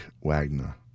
Wagner